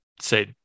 say –